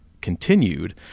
continued